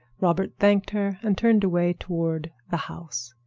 robert thanked her and turned away toward the house.